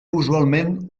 usualment